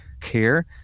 care